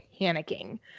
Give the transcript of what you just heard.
panicking